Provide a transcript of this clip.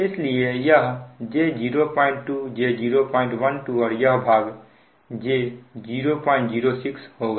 इसलिए यह j02 j012 और यह भाग j006 होगा